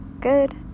good